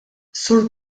sur